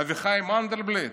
אביחי מנדלבליט?